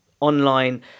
online